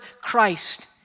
Christ